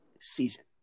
season